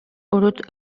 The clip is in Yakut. урут